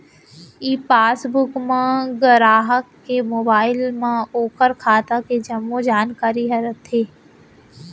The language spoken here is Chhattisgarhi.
ई पासबुक म गराहक के मोबाइल म ओकर खाता के जम्मो जानकारी ह रइथे